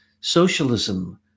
socialism